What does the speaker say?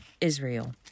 Israel